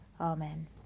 Amen